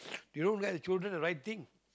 they don't get the children the right thing